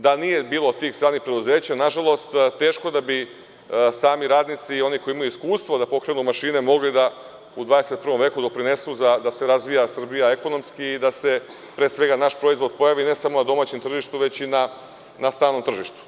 Da nije bilo tih stranih preduzeća, nažalost, teško da bi sami radnici i oni koji imaju iskustvo da pokrenu mašine mogli da u 21. veku doprinesu da se Srbija ekonomski razvija i da se, pre svega, naš proizvod pojavi, ne samo na domaćem tržištu, već i na stranom tržištu.